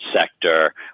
sector